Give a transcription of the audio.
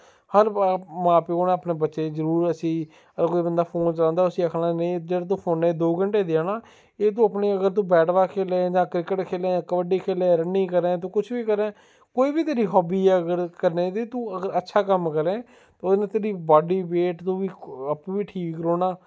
हर मा प्यो नै अपने बच्चें ई जरूर उसी अगर कोई बंदा फोन चलांदा होऐ उसी आखना नेईं जेह्ड़ा तूं फोने ई द'ऊं घैंटे देआ ना एह् तूं अपने अगर तूं बैट बॉल खेढें जां क्रिकेट खेढें दा कब्बडी खेढें रन्निंग करें तूं किश बी करें कोई बी तेरी हॉब्बी ऐ अगर करने दी तूं अगर अच्छा कम्म करें और तेरा बॉड्डी वेट च बी आपूं बी ठीक रौह्ना